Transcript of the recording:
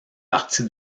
parti